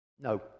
No